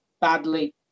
badly